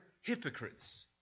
hypocrites